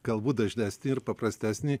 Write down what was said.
galbūt dažnesnį ir paprastesnį